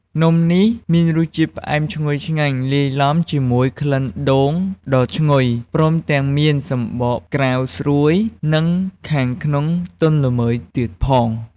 នំនេះមានរសជាតិផ្អែមឈ្ងុយឆ្ងាញ់ លាយឡំជាមួយក្លិនដូងដ៏ឈ្ងុយ ព្រមទាំងមានសំបកក្រៅស្រួយ និងខាងក្នុងទន់ល្មើយទៀតផង។